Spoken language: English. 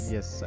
Yes